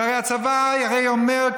כי הצבא הרי אומר,